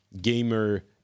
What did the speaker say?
gamer